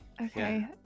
Okay